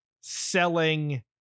selling